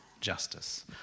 justice